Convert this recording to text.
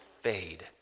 fade